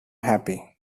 happy